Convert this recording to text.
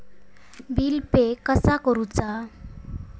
Bill pay कसा करुचा?